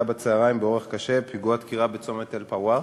בצהריים באורח קשה בפיגוע דקירה בצומת אל-פוואר